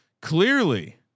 clearly